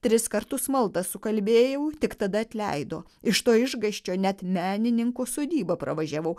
tris kartus maldą sukalbėjau tik tada atleido iš to išgąsčio net menininko sodybą pravažiavau